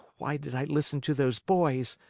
why did i listen to those boys?